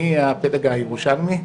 מהפלג הירושלמי,